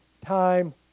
time